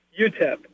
UTEP